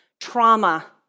trauma